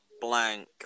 blank